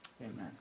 Amen